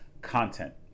content